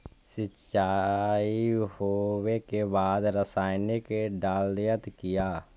सीचाई हो बे के बाद रसायनिक डालयत किया?